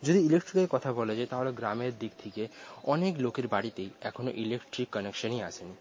যদি ইলেকট্রিকের কথা বলা যায় তাহলে গ্রামের দিক থেকে অনেক লোকের বাড়িতেই এখনও ইলেকট্রিক কানেকশনই আসেনি